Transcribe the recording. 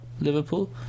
Liverpool